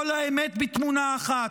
כל האמת בתמונה אחת.